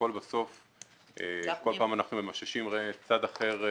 כל פעם אנחנו ממששים צד אחד,